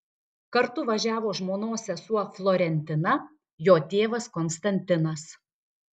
kartu važiavo žmonos sesuo florentina jo tėvas konstantinas